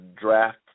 draft